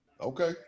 Okay